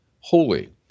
holy